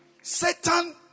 Satan